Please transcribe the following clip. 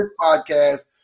podcast